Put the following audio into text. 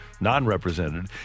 non-represented